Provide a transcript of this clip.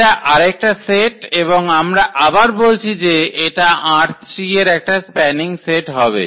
এটা আরেকটা সেট এবং আবার আমরা বলছি যে এটা ℝ3 এর একটা স্প্যানিং সেট হবে